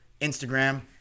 Instagram